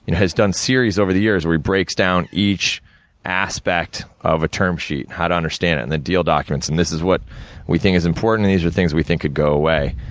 has done series over the years, where he breaks down each aspect of a term sheet, and how to understand it, and then deal documents, and this is what we think is important, these are things we think could go away.